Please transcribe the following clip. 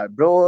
Bro